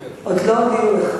עוד לא הודיעו לי על זה.